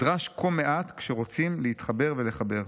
נדרש כה מעט כשרוצים להתחבר ולחבר.